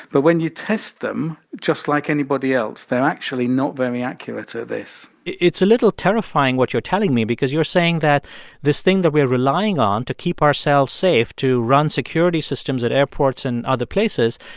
but when you test them, just like anybody else, they're actually not very accurate at this it's a little terrifying what you're telling me because you're saying that this thing that we're relying on to keep ourselves safe to run security systems at airports and other places,